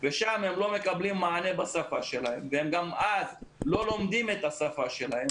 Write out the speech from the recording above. ושם הם לא מקבלים מענה בשפה שלהם ואז הם גם לא לומדים את השפה שלהם.